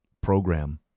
program